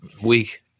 week